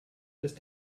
ist